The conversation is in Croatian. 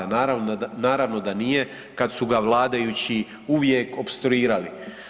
Naravno da nije kada su ga vladajući uvijek opstruirali.